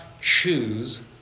choose